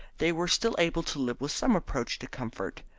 they were still able to live with some approach to comfort.